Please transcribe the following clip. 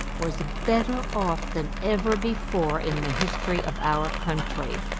was better off than ever before in the history of our country.